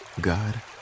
god